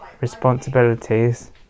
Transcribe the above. responsibilities